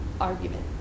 argument